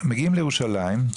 מגיעים לירושלים,